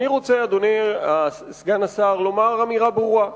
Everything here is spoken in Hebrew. אדוני סגן השר, אני רוצה לומר אמירה ברורה.